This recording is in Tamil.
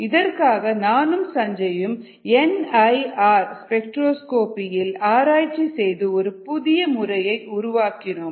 இதற்காக நானும் சஞ்சயும் என் ஐ ஆர் ஸ்பெக்ட்ரோஸ்கோபி இல் ஆராய்ச்சி செய்து ஒரு புதிய முறையை உருவாக்கினோம்